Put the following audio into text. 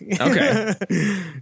Okay